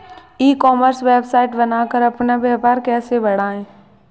ई commerce website बनाकर अपना व्यापार कैसे बढ़ाएँ?